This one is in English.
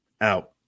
out